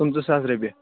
پٕنٛژٕ ساس رۄپیہِ